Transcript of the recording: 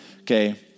okay